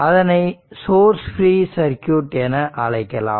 அதனை source free circuit என அழைக்கலாம்